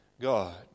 God